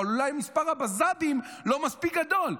אבל אולי מספר הבז"בים לא מספיק גדול.